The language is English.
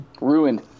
ruined